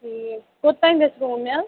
ٹھیٖک کوتام گژھِ روٗم یَلہٕ